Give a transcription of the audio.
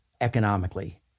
economically